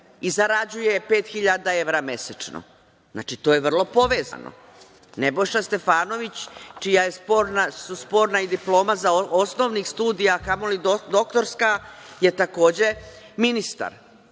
i zarađuje 5.000 evra mesečno. Znači, to je vrlo povezano. Nebojša Stefanović, čija je sporna i diploma sa osnovnih studija, kamoli doktorska, je takođe ministar